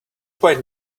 quite